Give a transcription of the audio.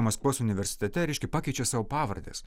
maskvos universitete reiškia pakeičia savo pavardes